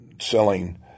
selling